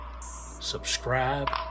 subscribe